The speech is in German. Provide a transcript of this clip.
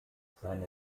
seine